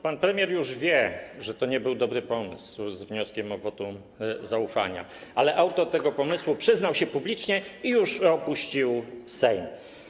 Pan premier już wie, że to nie był dobry pomysł z wnioskiem o wotum zaufania, ale autor tego pomysłu przyznał się publicznie i już opuścił Sejm.